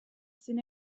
zin